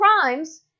crimes